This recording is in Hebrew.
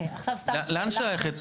לאן שייכת